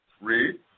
Read